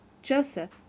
joseph,